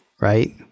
right